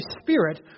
Spirit